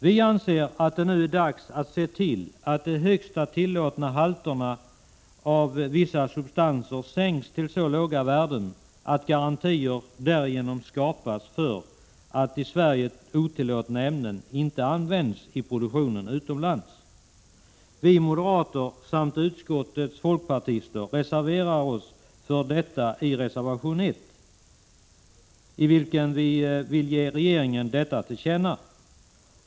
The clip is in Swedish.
Vi anser att det nu är dags att se till att de högsta tillåtna halterna av vissa substanser sänks till så låga värden att garantier därigenom skapas för att i Sverige otillåtna ämnen inte används i produktionen utomlands. Vi moderater samt utskottets folkpartister reserverar oss för detta i reservation 1, genom vilken vi vill ge regeringen detta till känna.